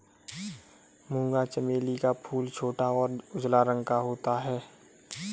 मूंगा चमेली का फूल छोटा और उजला रंग का होता है